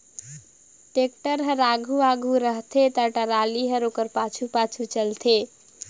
tractor हर आघु आघु रहथे ता टराली हर ओकर पाछू पाछु चलथे